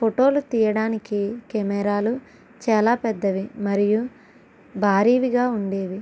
ఫోటోలు తీయడానికి కెమెరాలు చాలా పెద్దవి మరియు భారీవిగా ఉండేవి